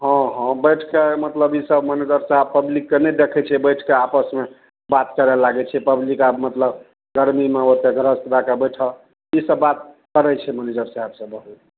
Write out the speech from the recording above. हँ हँ बैठके मतलब ई सब मैनेजर साहेब पब्लिकके नहि देखय छै बैठकऽ आपसमे बात करऽ लागय छै पब्लिक आब मतलब गर्मीमे ओतऽ ग्रस्त भए कऽ बैठऽ ई सब बात करय छै मैनेजर साहेब सब बहुत